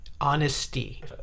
honesty